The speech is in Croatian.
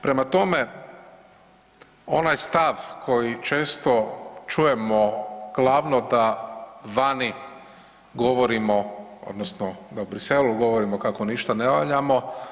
Prema tome, onaj stav koji često čujemo glavno da vani govorimo, odnosno da u Bruxellesu govorimo kako ništa ne valjamo.